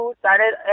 started